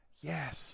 Yes